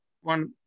one